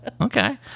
okay